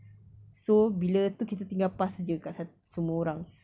so bila tu kita tinggal pass jer kat sat~ semua orang